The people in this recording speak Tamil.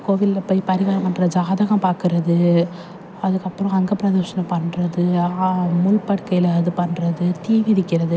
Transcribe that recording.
கோவிலில் போய் பரிகாரம் பண்ணுறது ஜாதகம் பார்க்கறது அதுக்கப்புறம் அங்கப்ரதர்ஷணம் பண்ணுறது முள் படுக்கையில் இது பண்ணுறது தீ மிதிக்கிறது